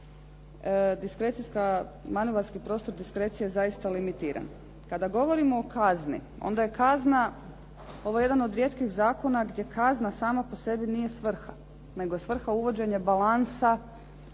visine od 10%. Manevarski prostor diskrecije je zaista limitiran. Kada govorimo o kazni onda je kazna, ovo je jedan od rijetkih zakona gdje kazna sama po sebi nije svrha nego je svrha uvođenje balansa